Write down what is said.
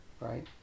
right